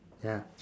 ya